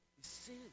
sin